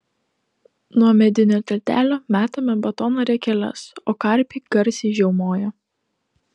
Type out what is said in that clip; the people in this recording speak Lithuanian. nuo medinio tiltelio metame batono riekeles o karpiai garsiai žiaumoja